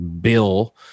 bill